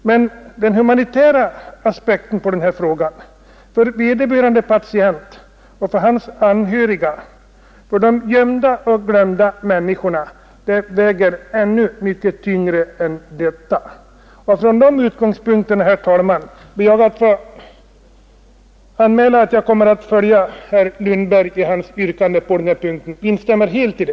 Men den humanitära aspekten på frågan väger än tyngre för vederbörande patient, för hans anhöriga, för alla de gömda och glömda människorna. Från denna utgångspunkt, herr talman, finns det all anledning att rösta för herr Lundbergs yrkande, som jag ber att få ansluta mig till.